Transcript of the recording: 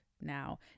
now